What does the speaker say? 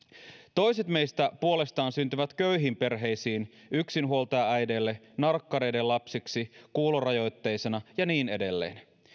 toiset meistä puolestaan syntyvät köyhiin perheisiin yksihuoltajaäideille narkkareiden lapsiksi kuulorajoitteisina ja niin edelleen